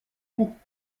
coûts